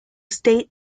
state